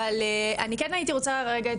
אבל אני כן הייתי רוצה רגע,